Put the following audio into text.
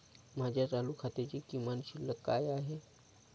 माझ्या चालू खात्याची किमान शिल्लक काय आहे?